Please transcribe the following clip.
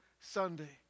Sunday